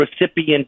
recipient